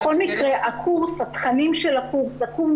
בכל מקרה הקורס קיים.